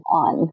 on